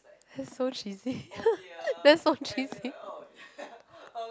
that's so cheesy that's so cheesy